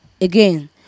again